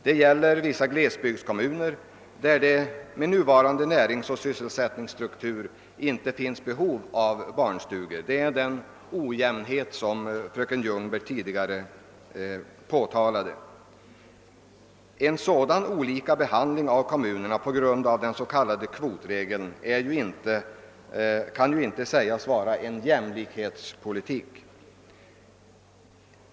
Det gäller vissa glesbygdskommuner där det med nuvarande näringsoch sysselsättningsstruktur inte finns behov av barnstugor — det är den ojämnhet som fröken Ljungberg tidigare påtalade. En sådan olika behandling av kommunerna på grund av den s.k. kvotregeln kan inte sägas vara en jämlikhetspolitik.